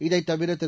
இதைத் தவிர திரு